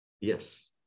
Yes